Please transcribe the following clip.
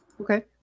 Okay